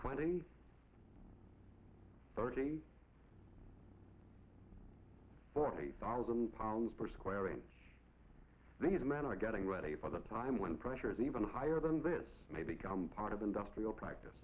twenty thirty forty thousand pounds per square inch these men are getting ready for the time when pressure is even higher than this may become part of industrial practice